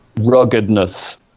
ruggedness